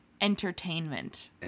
Entertainment